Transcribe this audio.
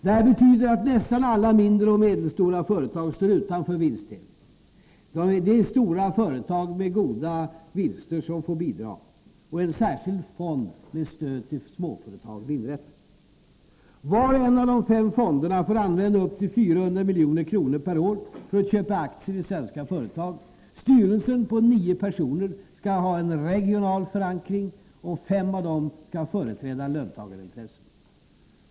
Detta betyder att nästan alla mindre och medelstora företag står utanför vinstdelningen. Det är stora företag med goda vinster som får bidraga. En särskild fond med stöd till småföretagen inrättas. Var och en av de fem fonderna får använda upp till 400 milj.kr. per år för att köpa aktier i svenska företag. Styrelsen på nio personer skall ha en regional förankring, och fem av dem skall företräda löntagarintressen.